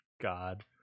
God